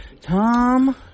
Tom